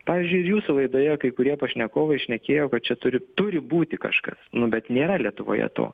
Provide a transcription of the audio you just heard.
pavyzdžiui ir jūsų laidoje kai kurie pašnekovai šnekėjo kad čia turi turi būti kažkas nu bet nėra lietuvoje to